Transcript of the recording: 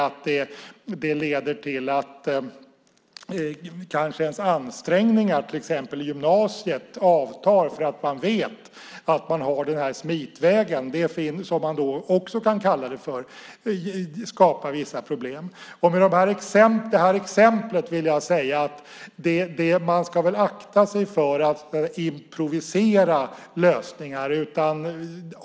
Det kanske leder till att ens ansträngningar till exempel i gymnasiet avtar för att man vet att man har den här smitvägen, som den också kan kallas. Det skapar vissa problem. Med det här exemplet vill jag säga att man ska akta sig för att improvisera fram lösningar.